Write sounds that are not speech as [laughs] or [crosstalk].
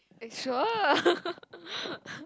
eh sure [laughs]